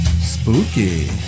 Spooky